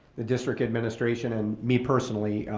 the district administration, and me personally,